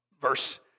verse